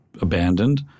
abandoned